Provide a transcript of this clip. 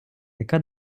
яка